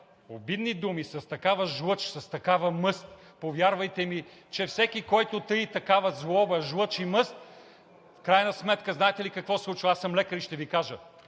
обидни думи, с такава жлъч, с такава мъст. Повярвайте ми, че всеки, който таи такава злоба, жлъч и мъст, в крайна сметка знаете ли какво се случва? Аз съм лекар и ще Ви кажа: